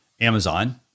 Amazon